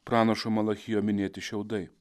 pranašo malachijo minėti šiaudai